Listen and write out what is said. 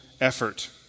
effort